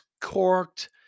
corked